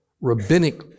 rabbinic